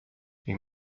ning